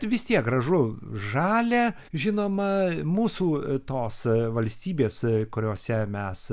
vis tiek gražu žalia žinoma mūsų tos valstybės kuriose mes